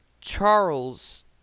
Charles